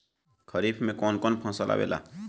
खरीफ में कौन कौन फसल आवेला?